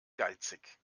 geizig